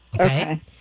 Okay